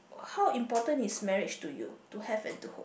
how important is marriage to you to have and to